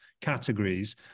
categories